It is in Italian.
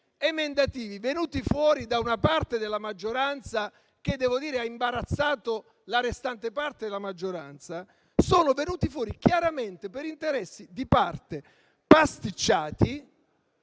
emendativi venuti fuori da una parte della maggioranza, che devo dire ha imbarazzato la restante parte della maggioranza, sono venuti fuori chiaramente per interessi di parte pasticciati.